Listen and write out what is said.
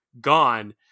gone